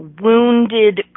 wounded